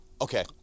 Okay